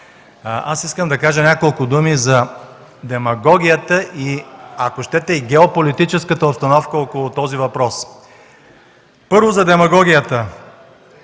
искам да кажа няколко думи за демагогията, ако щете, и геополитическата обстановка около този въпрос. Първо – за демагогията.